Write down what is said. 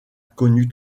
connu